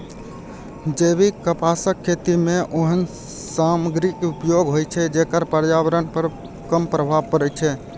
जैविक कपासक खेती मे ओहन सामग्रीक उपयोग होइ छै, जेकर पर्यावरण पर कम प्रभाव पड़ै छै